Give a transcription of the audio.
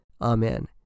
amen